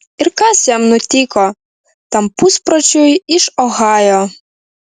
ir kas jam nutiko tam puspročiui iš ohajo